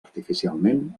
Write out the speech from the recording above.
artificialment